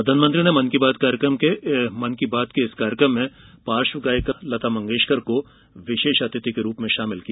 प्रधानमंत्री ने मन की बात के इस कार्यक्रम में पार्श्व गायिका लता मंगेशकर को विशेष अतिथि के रूप में शामिल किया